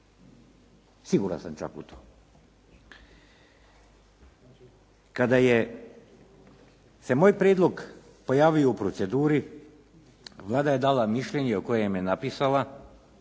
Siguran sam čak u to. Kada je se moj prijedlog pojavio u proceduri Vlada je dala mišljenje u kojem je napisala